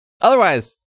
Otherwise